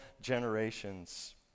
generations